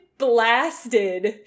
blasted